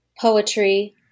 poetry